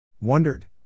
Wondered